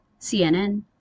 CNN